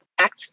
act